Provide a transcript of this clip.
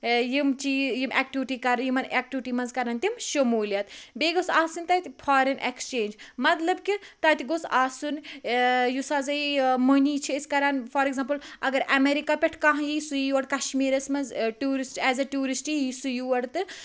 یِم چیٖز یِم ایٚکٹِوِٹی کَرنۍ یِمَن ایٚکٹِوِٹی مَنٛز کَرَن تِم شوٚموٗلیت بیٚیہِ گٔژھ آسٕنۍ تَتہِ فارِنۍ ایٚکٕسچینٛج مَطلَب کہِ تَتہِ گوٚژھ آسُن یُس ہَسا یہِ مٲنی چھِ أسۍ کَران فار ایٚگزامپٕل اَگر ایٚمریکا پٮ۪ٹھ کانٛہہ یی سُہ یی یور کَشمیٖرَس مَنٛز ٹیورسٹ ایٚز اَ ٹیورسٹ یی سُہ یور تہٕ